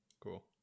Cool